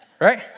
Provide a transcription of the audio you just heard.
Right